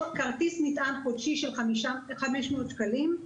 כרטיס נטען חודשי של 500 שקלים.